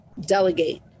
delegate